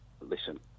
listen